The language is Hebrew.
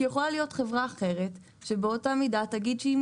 כי יכולה להיות חברה אחרת שבאותה מידה תגיד שאם